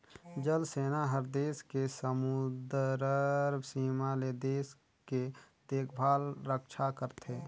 जल सेना हर देस के समुदरर सीमा ले देश के देखभाल रक्छा करथे